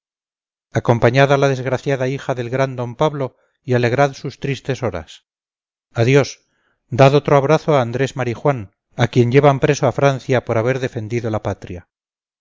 a la desgraciada hija del gran d pablo y alegrad sus tristes horas adiós dad otro abrazo a andrés marijuán a quien llevan preso a francia por haber defendido la patria